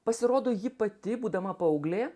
pasirodo ji pati būdama paauglė